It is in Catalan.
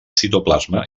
citoplasma